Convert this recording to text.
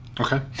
Okay